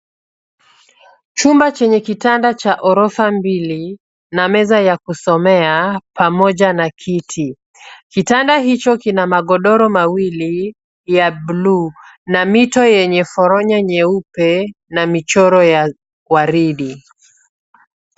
Chumba chenye kitanda cha ghorofa mbili na meza ya kusomea, pamoja na kiti. Kitanda hicho kina magodoro mawili ya bluu na mito yenye foronyo nyeupe na michoro ya waridi.